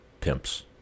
pimps